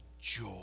joy